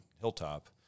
hilltop